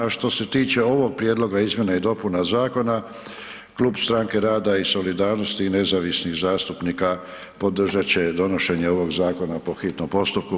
A što se tiče ovog prijedloga izmjena i dopuna zakona Klub Stranke rada i solidarnosti i nezavisnih zastupnika podržat će donošenje ovog zakona po hitnom postupku.